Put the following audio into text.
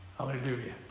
Hallelujah